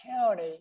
County